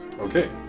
Okay